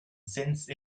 since